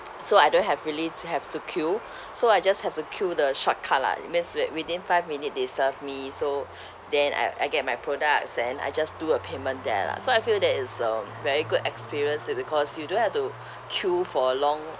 so I don't have really to have to queue so I just have to queue the shortcut lah it means wit~ within five minute they serve me so then I I get my products then I just do a payment there lah so I feel that is um very good experience it because you don't have to queue for a long